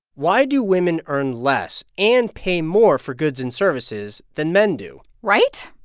why do women earn less and pay more for goods and services than men do? right?